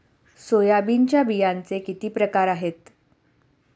सोयाबीनच्या बियांचे किती प्रकार आहेत?